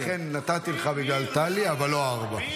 אכן נתתי לך בגלל טלי, אבל לא ארבע.